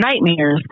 nightmares